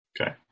okay